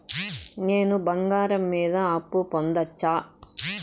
నేను బంగారం మీద అప్పు పొందొచ్చా?